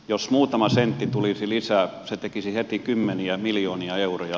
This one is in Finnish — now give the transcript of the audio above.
jos muutama sentti tulisi lisää se tekisi heti kymmeniä miljoonia euroja